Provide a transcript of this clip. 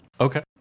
Okay